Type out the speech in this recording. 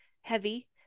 heavy